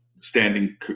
standing